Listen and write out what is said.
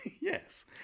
Yes